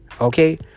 Okay